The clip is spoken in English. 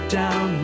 down